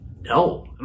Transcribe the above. No